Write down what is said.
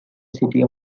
city